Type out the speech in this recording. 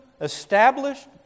established